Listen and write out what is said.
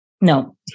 No